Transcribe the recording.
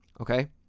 Okay